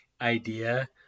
idea